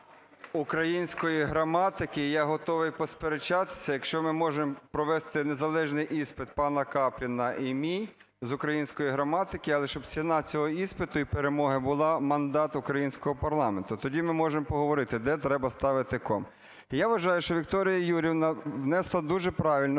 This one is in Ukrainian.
української граматики я готовий посперечатися. Якщо ми можемо провести незалежний іспит пана Капліна і мій з української граматики, але щоб ціна цього іспиту і перемога була мандат українського парламенту. Тоді ми можемо поговорити, де треба ставити кому. Я вважаю, що Вікторія Юріївна внесла дуже правильну